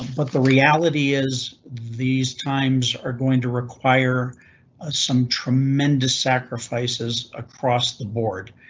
um but the reality is, these times are going to require ah some tremendous sacrifices across the board,